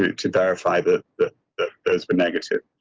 t verify but the the there's been negative.